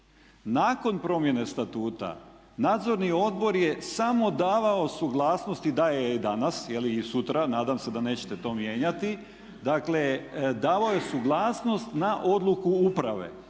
Nakon promjene Statuta Nadzorni odbor je samo davao suglasnost i daje je i danas, je li i sutra. Nadam se da nećete to mijenjati. Dakle, davao je suglasnost na odluku uprave.